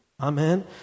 Amen